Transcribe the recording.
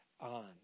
on